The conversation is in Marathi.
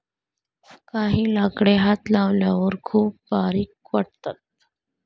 काही लाकडे हात लावल्यावर खूप बारीक वाटतात